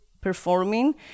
performing